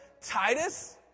Titus